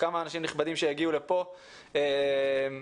וגם כמה אנשים נכבדים שיגיעו לפה לוועדה